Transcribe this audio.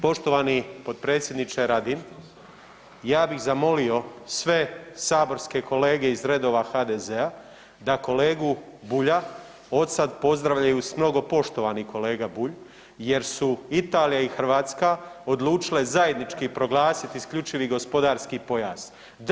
Poštovani potpredsjedniče Radin, ja bih zamolio sve saborske zastupnike kolege iz redova HDZ-a da kolegu Bulja od sad pozdravljaju s mnogo poštovani kolega Bulj, jer su Italija i Hrvatska odlučile zajednički proglasiti isključivi gospodarski pojas.